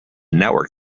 network